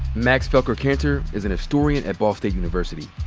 max felker-kantor is an historian at ball state university.